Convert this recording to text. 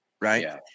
Right